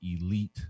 elite